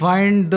Find